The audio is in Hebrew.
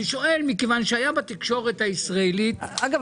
שואל מכיוון שהיה בתקשורת הישראלית --- אגב,